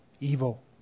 evil